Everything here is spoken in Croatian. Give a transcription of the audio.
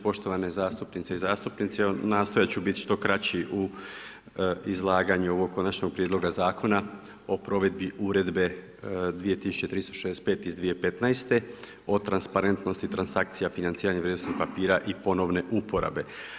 Poštovane zastupnice i zastupnici, nastojat ću biti što kraći u izlaganju ovog Konačnog prijedloga zakona o provedbi Uredbe 2365 iz 2015. o transparentnosti transakcija vrijednosnih papira i ponovne uporabe.